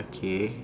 K